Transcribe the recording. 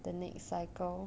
the next cycle